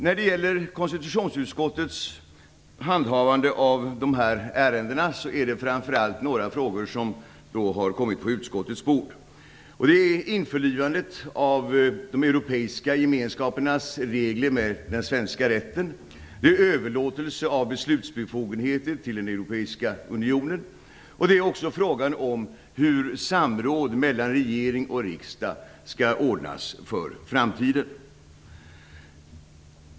När det gäller konstitutionsutskottets handhavande av dessa ärenden är det framför allt vissa frågor som har kommit på utskottets bord. Det är införlivandet av de europeiska gemenskapernas regler med den svenska rätten. Det är överlåtelse av beslutsbefogenheter till den europeiska unionen. Det är också frågan om hur samråd mellan regering och riksdag skall ordnas för framtiden.